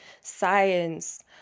science